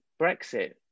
Brexit